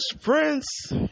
Prince